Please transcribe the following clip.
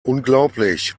unglaublich